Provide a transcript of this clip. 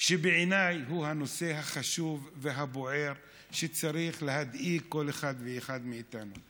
שבעיניי הוא הנושא החשוב והבוער שצריך להדאיג כל אחד ואחד מאיתנו.